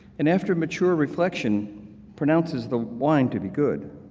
and after mature reflection pronounces the wine to be good,